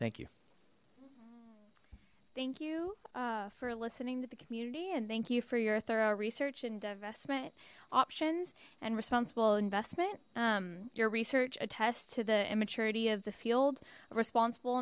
thank you thank you for listening to the community and thank you for your thorough research and investment options and responsible investment your research attest to the immaturity of the field responsible